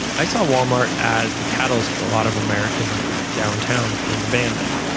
i saw walmart as the catalyst for a lot of american downtowns being abandoned.